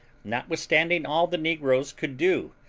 notwithstanding all the negroes could do,